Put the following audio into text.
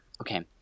Okay